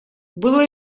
было